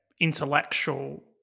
intellectual